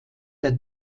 der